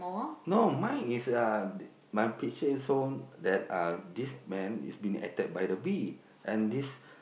no mine is uh my picture is shown that uh this man is being attacked by the bee and this